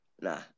Nah